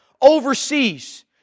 overseas